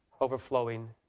overflowing